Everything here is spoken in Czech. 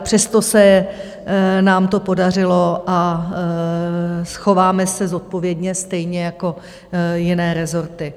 Přesto se nám to podařilo a chováme se zodpovědně, stejně jako jiné rezorty.